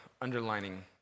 underlining